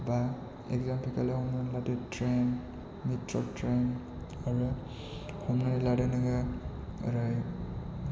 बा एग्जाम्पोल लिए हमनानै लादो ट्रेन मेट्र' ट्रेन आरो हमनानै लादो नोङो ओरै